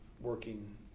working